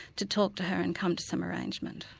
to talk to her and come to some arrangement.